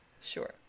Sure